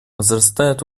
возрастает